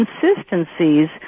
consistencies